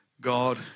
God